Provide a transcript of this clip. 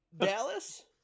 Dallas